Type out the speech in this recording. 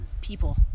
people